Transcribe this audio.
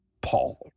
Paul